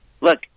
look